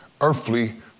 earthly